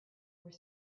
were